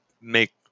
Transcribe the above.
make